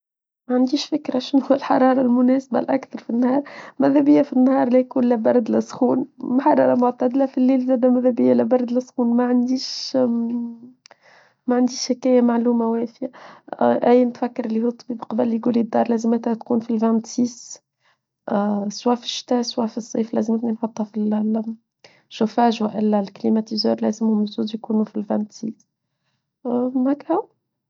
ما عنديش فكرة شنو الحرارة المناسبة الأكثر في النهار مذبية في النهار ليكون لبرد لسخون محرارة معتادلة في الليل زادة مذبية لبرد لسخون ما عنديش حكاية معلومة واثية آي نتفكر اللي قبل يقولي الدار لازم تكون في الفانتسيس سواء في الشتاء سواء في الصيف لازم يكون محطة في الليل شفاج وإلا الكليماتيزور لازم يكونوا في الـ فانتسيس مكهو.